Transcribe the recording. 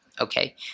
okay